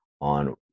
on